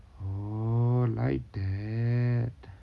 oh like that